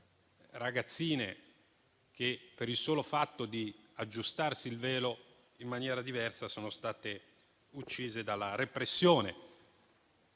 anni), per il solo fatto di aggiustarsi il velo in maniera diversa, sono state uccise dalla repressione.